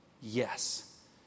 Yes